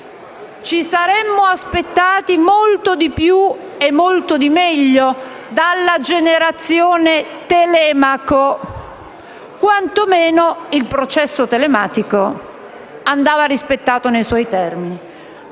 Ci saremmo aspettati molto di più e molto di meglio dalla "generazione Telemaco". Quantomeno, il processo telematico andava rispettato nei suoi termini.